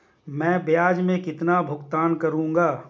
मैं ब्याज में कितना भुगतान करूंगा?